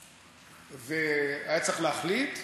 והיה צריך להחליט.